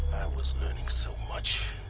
was learning so much.